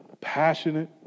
Passionate